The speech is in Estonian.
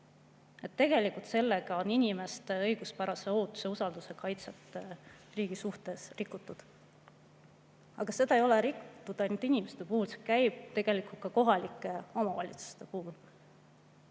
tegelikult inimeste õiguspärast ootust ja usaldust riigi suhtes rikutud. Aga seda ei ole rikutud ainult inimeste puhul, see käib tegelikult ka kohalike omavalitsuste kohta.